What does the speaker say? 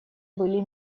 были